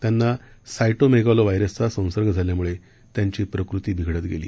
त्यांना साइटोमेगालो व्हायरसचा संसर्ग झाल्यामुळे त्यांची प्रकृती बिघडत गेली